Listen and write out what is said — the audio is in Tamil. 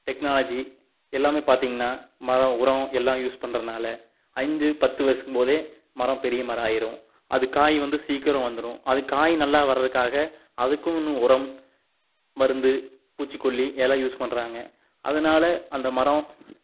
டெக்னாலஜி எல்லாமே பார்த்தீங்கனா மரம் உரம் எல்லாம் யூஸ் பண்ணறனால அஞ்சு பத்து வருஷத்து போதே மரம் பெரிய மரம் ஆகிரும் அது காய் வந்து சீக்கிரம் வந்துடும் அது காய் நல்லா வரதுக்காக அதுக்கும் இன்னும் உரம் மருந்து பூச்சிக்கொல்லி எல்லாம் யூஸ் பண்ணுறாங்க அதனால அந்த மரம்